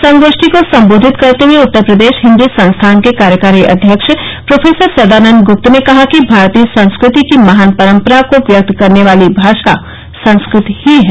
संगोष्ठी को संबोषित करते हुए उत्तर प्रदेश हिंदी संस्थान के कार्यकारी अध्यक्ष प्रो सदानंद गुप्त ने कहा कि भारतीय संस्कृति की महान परंपरा को व्यक्त करने वाली भाषा संस्कृत ही है